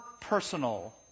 personal